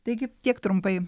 taigi tiek trumpai